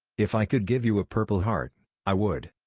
if i could give you a purple heart, i would.